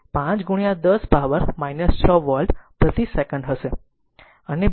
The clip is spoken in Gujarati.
તેથી તે 5 10 પાવર 6 વોલ્ટ પ્રતિ સેકંડ હશે